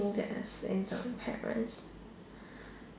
thing to ask from my parents